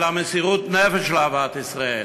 אלא מסירות נפש לאהבת ישראל.